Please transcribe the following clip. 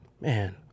man